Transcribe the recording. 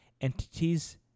entities